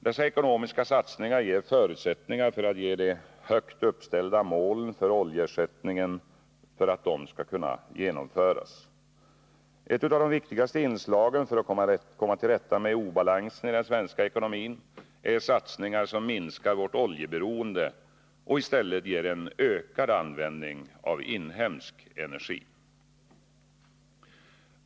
Dessa ekonomiska satsningar ger förutsättningar för att de högt uppställda målen för oljeersättningen skall kunna genomföras. Ett av de viktigaste inslagen för att komma till rätta med obalansen i den svenska ekonomin är satsningar som minskar vårt oljeberoende och i stället ger en ökad användning av inhemsk energi.